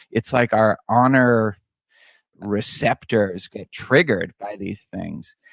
it's like our honor receptors get triggered by these things.